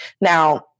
Now